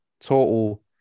total